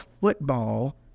football